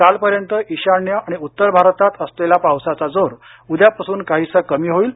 कालपर्यंत ईशान्य आणि उत्तर भारतात असलेला पावसाचा जोर उद्यापासून काहीसा कमी होईल